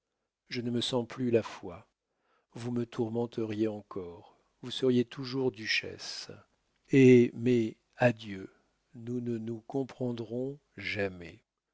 je ne me sens plus la foi vous me tourmenteriez encore vous seriez toujours duchesse et mais adieu nous ne nous comprendrons jamais